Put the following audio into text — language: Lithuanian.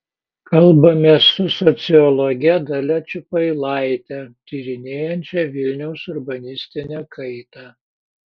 kalbamės su sociologe dalia čiupailaite tyrinėjančia vilniaus urbanistinę kaitą